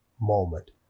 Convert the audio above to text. moment